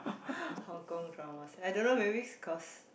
Hong-Kong dramas I don't know maybe it's cause